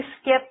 skip